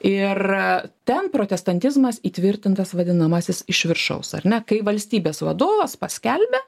ir ten protestantizmas įtvirtintas vadinamasis iš viršaus ar ne kai valstybės vadovas paskelbia